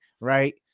right